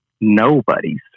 nobody's